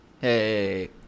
hey